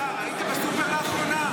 השר, היית בסופר לאחרונה?